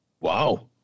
wow